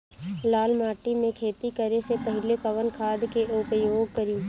लाल माटी में खेती करे से पहिले कवन खाद के उपयोग करीं?